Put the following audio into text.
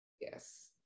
Yes